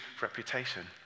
reputation